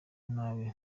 nabi